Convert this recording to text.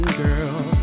girl